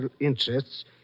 interests